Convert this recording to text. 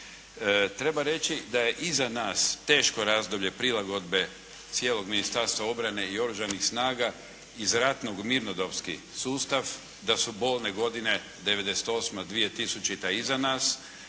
Treba reći da je iza nas teško razdoblje prilagodbe cijelog Ministarstva obrane i oružanih snaga iz ratnog u mirnodopski sustav, da su bolne godine 98. i 2000. iza nas,